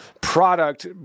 product